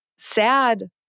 sad